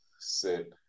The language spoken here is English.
sit